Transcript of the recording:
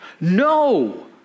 No